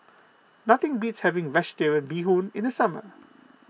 nothing beats having Vegetarian Bee Hoon in the summer